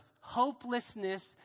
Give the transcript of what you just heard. Hopelessness